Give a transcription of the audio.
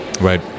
Right